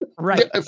Right